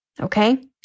okay